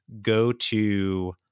go-to